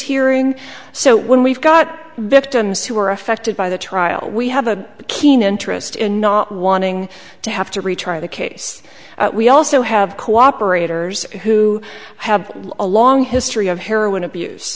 hearing so when we've got victims who are affected by the trial we have a keen interest in not wanting to have to retry the case we also have cooperators who have a long history of heroin abuse